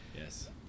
yes